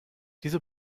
diese